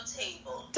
table